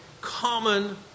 common